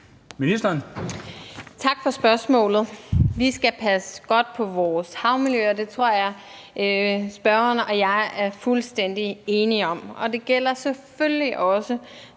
Tak for spørgsmålet. Vi skal passe godt på vores havmiljø, og det tror jeg spørgeren og jeg er fuldstændig enige om. Og det gælder selvfølgelig også,